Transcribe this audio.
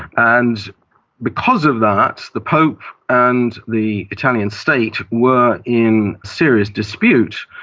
and because of that the pope and the italian state were in serious dispute.